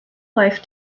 life